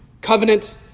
covenant